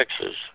Texas